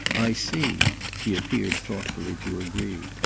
i see he appeared thoughtfully to agree.